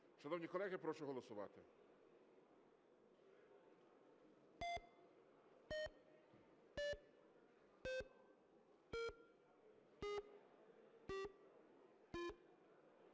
Шановні колеги, прошу голосувати.